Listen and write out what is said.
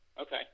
Okay